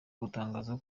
gutangaza